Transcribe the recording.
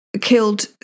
killed